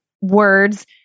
words